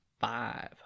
five